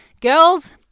Girls